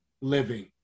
living